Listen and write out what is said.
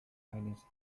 eines